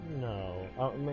No